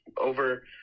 Over